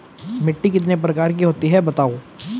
मिट्टी कितने प्रकार की होती हैं बताओ?